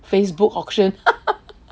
facebook auction